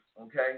okay